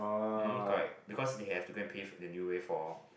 um hum correct because they have to go and pay the new way for